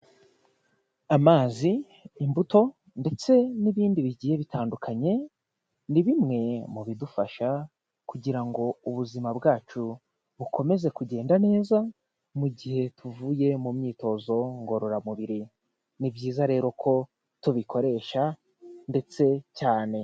Amazi, imbuto ndetse n'ibindi bigiye bitandukanye, ni bimwe mu bidufasha kugira ngo ubuzima bwacu bukomeze kugenda neza mu gihe tuvuye mu myitozo ngororamubiri, ni byiza rero ko tubikoresha ndetse cyane.